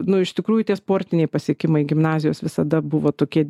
nu iš tikrųjų tie sportiniai pasiekimai gimnazijos visada buvo tokie